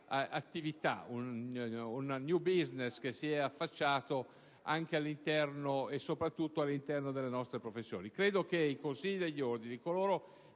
attività, un *new business* che si è affacciato anche e soprattutto all'interno delle nostre professioni. Credo che i Consigli degli Ordini e coloro